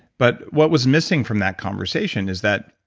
but what was missing from that conversation is that,